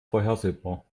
vorhersehbar